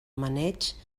maneig